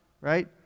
right